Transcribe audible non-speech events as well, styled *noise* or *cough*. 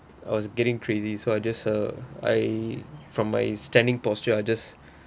I was getting crazy so I just uh I from my standing posture I just *breath*